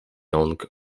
young